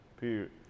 period